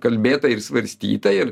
kalbėta ir svarstyta ir